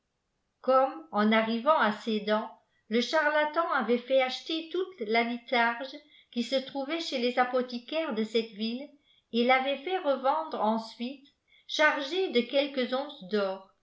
cpmme en arrivant à sedn le charlatan avait fait acheter toute la litharge qui se trouvait chez les apothicaires de cette ville et tavait fait révendre ensuite chargée de quelques ènces d'or